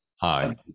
hi